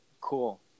cool